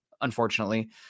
unfortunately